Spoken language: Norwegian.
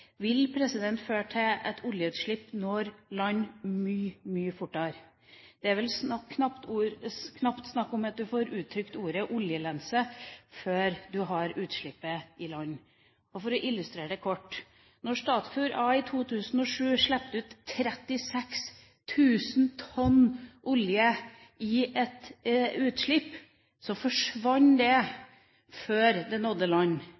vil føre til at oljeutslipp når land mye fortere. Man får vel knapt uttalt ordet «oljelense» før man har utslippet ved land. For å illustrere det kort: Da Statfjord A i 2007 slapp ut 36 000 tonn olje i et utslipp, forsvant det før det nådde land.